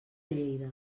lleida